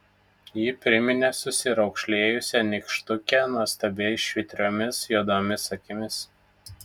ji priminė susiraukšlėjusią nykštukę nuostabiai žvitriomis juodomis akimis